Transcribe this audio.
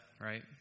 right